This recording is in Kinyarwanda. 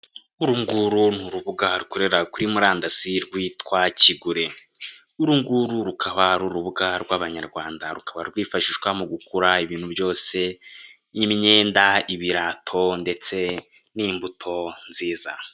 Uru nguro mu rubuga rukorera kuri murandasi rwitwa kigure, uru nguru rukaba ari urubuga rw'abanyarwanda rukaba rwifashishwa mu kugura ibintu byose imyenda, ibirato ndetse n'imbuto nziza.